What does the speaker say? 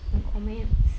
no comments